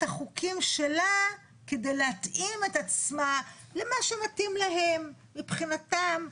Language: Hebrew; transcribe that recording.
החוקים שלה כדי להתאים את עצמה למה שמתאים להם מבחינתם,